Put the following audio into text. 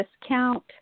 discount